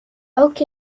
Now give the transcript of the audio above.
oak